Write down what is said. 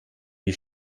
wie